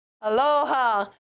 Aloha